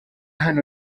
hano